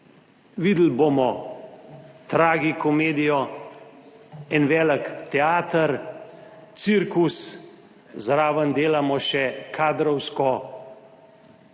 Videli bomo tragikomedijo, en velik teater, cirkus, zraven delamo še kadrovsko